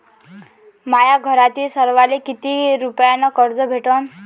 माह्या घरातील सर्वाले किती रुप्यान कर्ज भेटन?